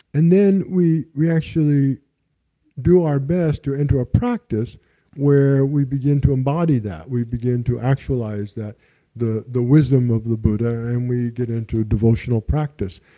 and then we we actually do our best to enter a practice where we begin to embody that. we begin to actualize the the wisdom of the buddha and we get into devotional practice.